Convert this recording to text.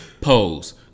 Pose